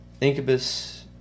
Incubus